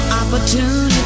opportunity